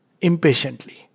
impatiently